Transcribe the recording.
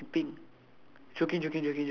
okay for me it's pink